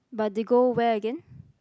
but they go where again